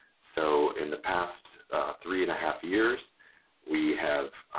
so in the past three and a half years we have